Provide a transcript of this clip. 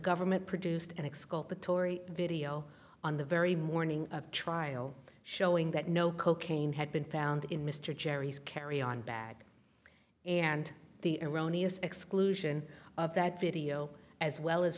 government produced an exculpatory video on the very morning of trial showing that no cocaine had been found in mr jerry's carry on bag and the erroneous exclusion of that video as well as